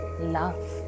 love